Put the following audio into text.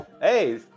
Hey